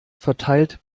verteilt